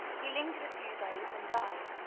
he lingered a few days, and died.